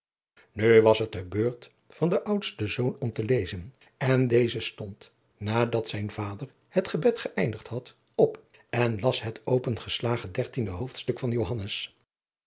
nu was het de beurt van den oudsten zoon om te lezen en deze stond naadriaan loosjes pzn het leven van hillegonda buisman dat zijn vader het gebed geëindigd had op en las het opgeslagen dertiende hoofdstuk van